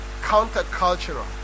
countercultural